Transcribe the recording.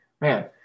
Man